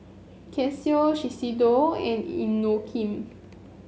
Casio Shiseido and Inokim